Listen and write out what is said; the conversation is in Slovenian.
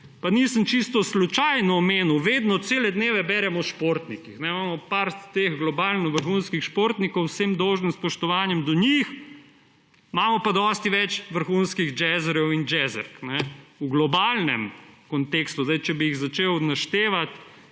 tega nisem čisto slučajno omenil. Vedno, cele dneve berem o športnikih. Imamo nekaj globalno vrhunskih športnikov, z vsem dolžnim spoštovanjem do njih, imamo pa dosti več vrhunskih džezarjev in džezark v globalnem kontekstu. Če bi jih začel naštevati,